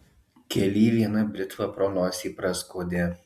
kely viena britva pro nosį praskuodė